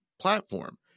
platform